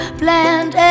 bland